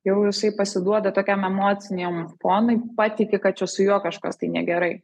jau jisai pasiduoda tokiam emociniam fonui patiki kad čia su juo kažkas tai negerai